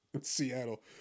Seattle